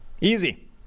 Easy